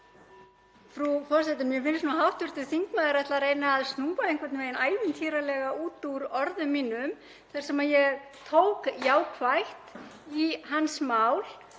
Frú forseti. Mér virðist nú að hv. þingmaður ætli að reyna að snúa einhvern veginn ævintýralega út úr orðum mínum þar sem ég tók jákvætt í hans mál,